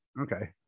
okay